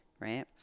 right